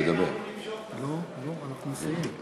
אנחנו נמשוך את החוק.